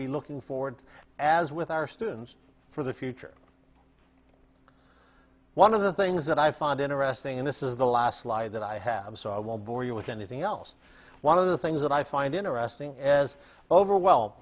be looking forward as with our students for the future one of the things that i find interesting in this is the last slide that i have so i won't bore you with anything else one of the things that i find interesting as over well